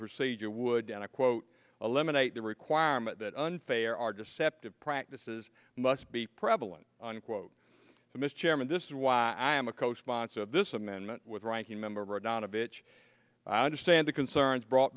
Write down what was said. procedure would and i quote eliminate the requirement that unfair are deceptive practices must be prevalent unquote mr chairman this is why i am a co sponsor of this amendment with writing member donna bitch i understand the concerns brought